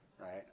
right